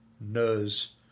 knows